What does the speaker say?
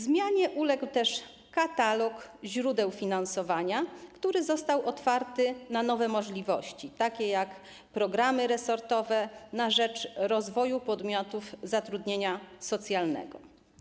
Zmianie uległ też katalog źródeł finansowania, który został otwarty na nowe możliwości, takie jak programy resortowe na rzecz rozwoju podmiotów zatrudnienia socjalnego.